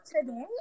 Today